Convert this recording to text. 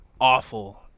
awful